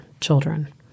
children